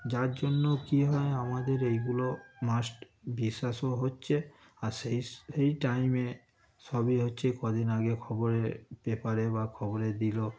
যার জন্য কী হয় আমাদের এইগুলো মাস্ট বিশ্বাসও হচ্ছে আর সেই সেই টাইমে সবই হচ্ছে এই কদিন আগে খবরে পেপারে বা খবরে দিল